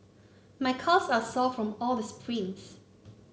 my calves are sore from all the sprints